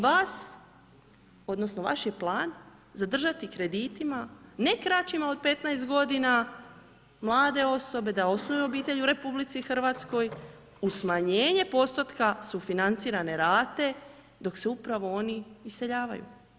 Vaš je plan zadržati kreditima ne kraćima od 15 godina, mlade osobe da osnuju obitelj u RH, u smanjenje postotka sufinancirane rate dok se upravo oni iseljavaju.